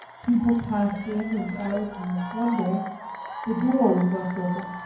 people passed in and out and one day the door was left open.